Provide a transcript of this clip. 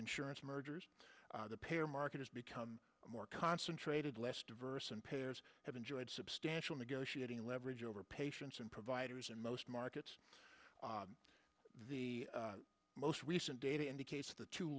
insurance mergers the pair market has become more concentrated less diverse and payers have enjoyed substantial negotiating leverage over patients and providers in most markets the most recent data indicates the two